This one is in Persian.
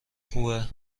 خوبه